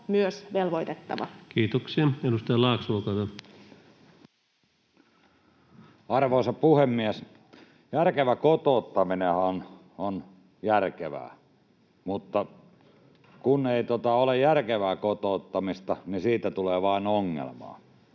myös velvoitettava. Kiitoksia. — Edustaja Laakso, olkaa hyvä. Arvoisa puhemies! Järkevä kotouttaminenhan on järkevää, mutta kun ei ole järkevää kotouttamista, niin siitä tulee vain ongelmaa.